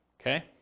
Okay